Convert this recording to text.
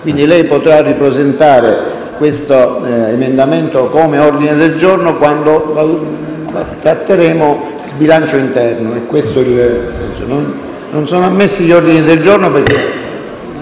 quindi, ripresentare questo emendamento come ordine del giorno quando tratteremo il bilancio interno. Non sono ammessi gli ordini del giorno, anche